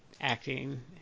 acting